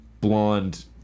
Blonde